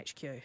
HQ